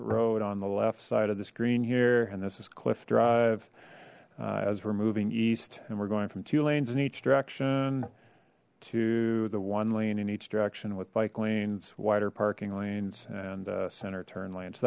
road on the left side of this green here and this is cliff drive as we're moving east and we're going from two lanes in each direction to the one lane in each direction with bike lanes wider parking lanes and center turn lane so